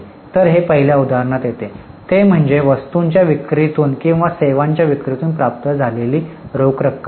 तर हे पहिल्या उदाहरणात येते ते म्हणजे वस्तूंच्या विक्री तून किंवा सेवांच्या विक्री तून प्राप्त झालेली रोख रक्कम